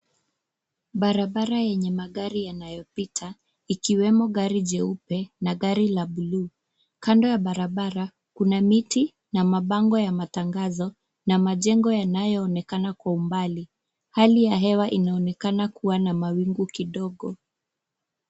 Barabara yenye magari yanayo pita ikiwemo gari jeupe na gari la bluu. Kando ya barabara kuna miti na mabango ya matangazo na majengo yanayoonekana kwa umbali. Hali ya hewa inaonekana kuwa na mawingu kidogo.